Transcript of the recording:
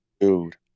Dude